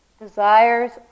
desires